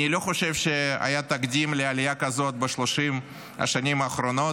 אני לא חושב שהיה תקדים לעלייה כזאת ב-30 השנים האחרונות,